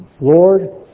Lord